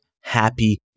happy